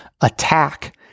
Attack